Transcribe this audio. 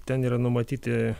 ten yra numatyti